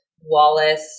Wallace